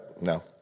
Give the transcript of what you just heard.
No